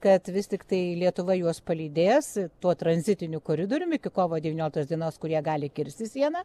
kad vis tiktai lietuva juos palydės tuo tranzitiniu koridoriumi iki kovo devynioliktos dienos kurie gali kirsti sieną